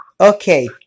Okay